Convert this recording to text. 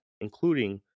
including